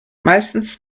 meistens